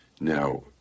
Now